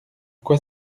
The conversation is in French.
quoi